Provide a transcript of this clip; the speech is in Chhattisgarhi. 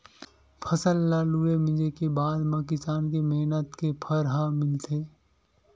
फसल ल लूए, मिंजे के बादे म किसान के मेहनत के फर ह मिलथे